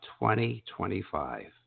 2025